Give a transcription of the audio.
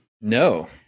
No